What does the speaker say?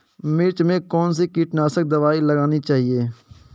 मिर्च में कौन सी कीटनाशक दबाई लगानी चाहिए?